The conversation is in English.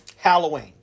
Halloween